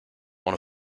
one